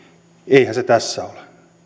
eihän se tässä ole